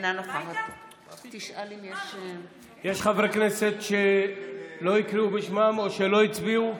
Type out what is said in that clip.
אינה נוכחת יש חברי כנסת שלא הקריאו בשמם או שלא הצביעו?